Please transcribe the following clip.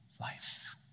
life